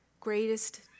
greatest